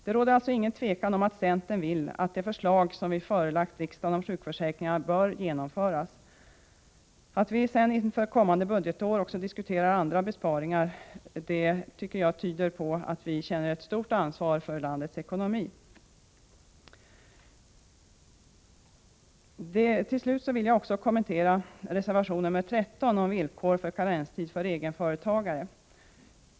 Det råder alltså inget tvivel om att centern vill att det förslag som vi förelagt riksdagen om sjukförsäkringen bör genomföras. Att vi sedan inför kommande budgetår också diskuterar andra besparingar tyder på att vi känner ett stort ansvar för landets ekonomi. Till slut vill jag något kommentera reservation 13 om villkor för karenstid för egenföretagare.